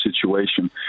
situation